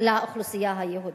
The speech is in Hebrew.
לאוכלוסייה היהודית.